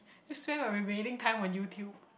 you spend my remaining time on YouTube